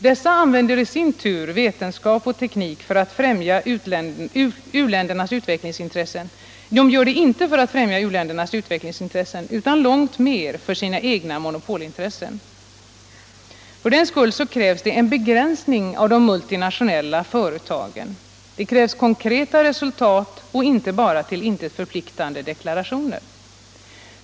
Dessa i sin tur använder inte vetenskap och teknik för att främja uländernas utvecklingsintressen, utan långt mer för sina egna monopolintressen. För den skull krävs en begränsning av de multinationella företagen. Det krävs konkreta resultat och inte bara till intet förpliktande deklarationer.